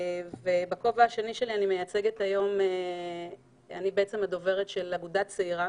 בכובע השני שלי אני הדוברת של אגודה צעירה,